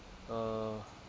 uh